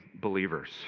believers